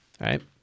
right